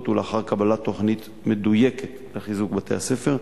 ולאחר קבלת תוכנית מדויקת לחיזוק בתי-הספר.